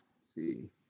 see